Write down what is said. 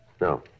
No